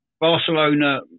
Barcelona